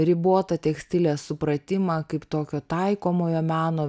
ribotą tekstilės supratimą kaip tokio taikomojo meno